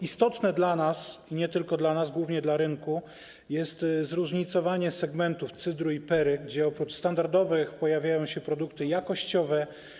Istotne dla nas - nie tylko dla nas, głównie dla rynku - jest zróżnicowanie segmentów cydru i perry, gdzie oprócz standardowych produktów pojawiają się produkty jakościowe.